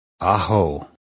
Aho